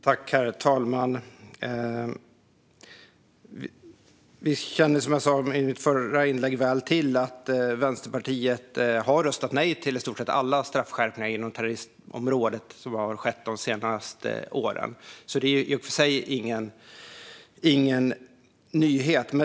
Herr talman! Vi känner, som jag sa i mitt förra inlägg, väl till att Vänsterpartiet har röstat nej till i stort sett alla straffskärpningar inom terroristområdet de senaste åren. Det är i och för sig ingen nyhet.